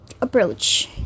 approach